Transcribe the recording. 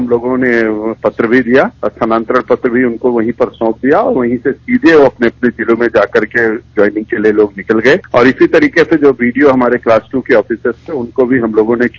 हम लोगों ने पत्र भी दिया स्थानांतरण पत्र भी उनको वहीं पर सौंप दिया और वहीं से सीधे अपने अपने जिलों में जा करके ज्वाइनिंग के लिए लोग निकल गये और इसी तरीके से जो वीडियो हमारे क्लास दू के ऑफीसर थे उनको भी हम लोगों ने किया